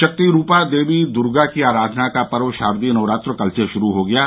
शक्ति रूपा देवी दर्गा की अराधाना का पर्व शारदीय नवरात्र कल से श्रू हो गया है